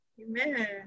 Amen